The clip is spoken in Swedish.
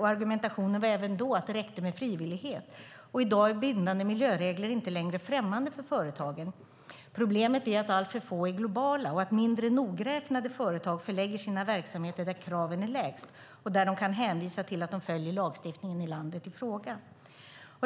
och argumentationen var även då att det räckte med frivillighet. I dag är bindande miljöregler inte längre främmande för företagen. Problemet är att alltför få regler är globala och att mindre nogräknade företag förlägger sina verksamheter där kraven är lägst och där de kan hänvisa till att de följer lagstiftningen i landet i fråga.